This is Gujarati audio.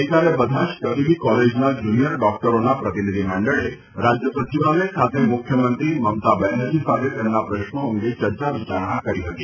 ગઇકાલે બધા જ તબીબી કોલેજોના જૂનિયર ડોકટરોના પ્રતિનિધીમંડળે રાજ્ય સચીવાલય ખાતે મુખ્યમંત્રી મમતા બેનરજી સાથે તેમના પ્રશ્નો અંગે ચર્ચા વિચારણા કરી હતી